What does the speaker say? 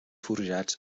forjats